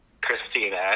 Christina